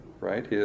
right